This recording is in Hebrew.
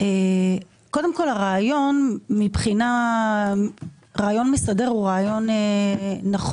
קודם כל, הרעיון המסדר הוא רעיון נכון.